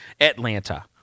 Atlanta